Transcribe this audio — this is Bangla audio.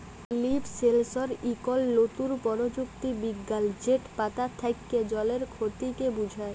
লিফ সেলসর ইকট লতুল পরযুক্তি বিজ্ঞাল যেট পাতা থ্যাকে জলের খতিকে বুঝায়